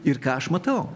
ir ką aš matau